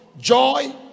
joy